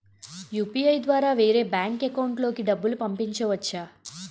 UPI ద్వారా వేరే bank account లోకి డబ్బులు పంపించవచ్చా?